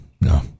no